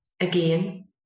again